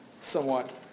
somewhat